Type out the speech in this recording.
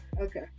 okay